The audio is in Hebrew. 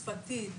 שפתית,